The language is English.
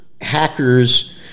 hackers